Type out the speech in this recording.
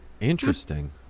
Interesting